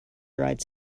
dried